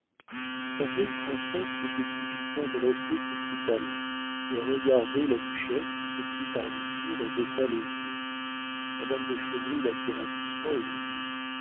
la vieille princesse s'était subitement dressée sur ses talons et regardait la duchesse qui se prit à rougir et baissa les yeux madame de chauvry l'attira doucement et lui dit